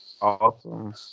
awesome